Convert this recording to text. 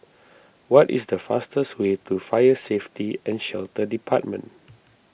what is the fastest way to Fire Safety and Shelter Department